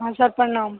हाँ सर प्रणाम